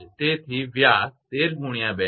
તેથી વ્યાસ 132 છે